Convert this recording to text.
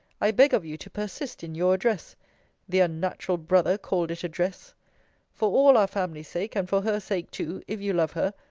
i beg of you to persist in your address the unnatural brother called it address for all our family's sake, and for her sake too, if you love her,